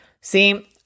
See